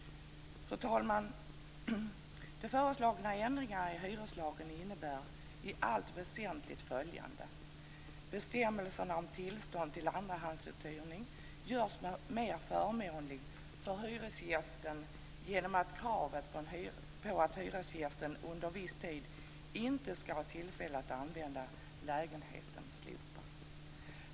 Fru talman! De föreslagna ändringarna i hyreslagen innebär i allt väsentligt följande. Bestämmelserna om tillstånd till andrahandsuthyrning görs mer förmånliga för hyresgästen genom att kravet på att hyresgästen under viss tid inte skall ha tillfälle att använda lägenheten slopas.